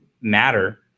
matter